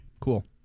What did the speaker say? Cool